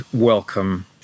Welcome